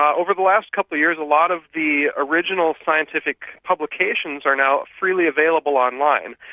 ah over the last couple of years, a lot of the original scientific publications are now freely available online,